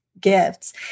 gifts